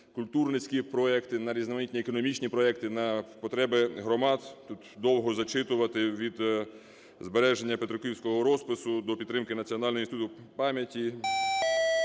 культурницькі проекти, на різноманітні економічні проекти, на потреби громад. Тут довго зачитувати. Від збереження петриківського розпису до підтримки Національного інституту пам'яті.